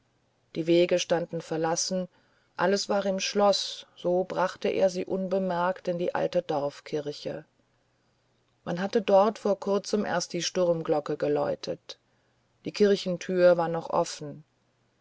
die wege standen verlassen alles war im schloß so brachte er sie unbemerkt in die alte dorfkirche man hatte dort vor kurzem erst die sturmglocke geläutet die kirchtür war noch offen